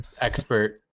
expert